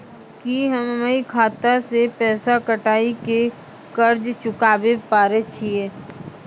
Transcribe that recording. की हम्मय खाता से पैसा कटाई के कर्ज चुकाबै पारे छियै?